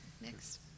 Next